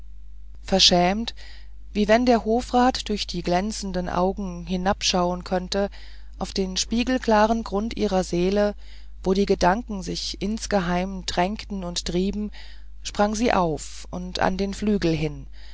verschämt wie wenn der hofrat durch die glänzenden augen hinabschauen könnte auf den spiegelklaren grund ihrer seele wo die gedanken sich insgeheim drängten und trieben sprang sie auf und an den flügel hin